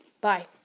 Bye